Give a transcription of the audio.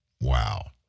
Wow